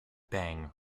bang